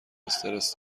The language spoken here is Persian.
استرس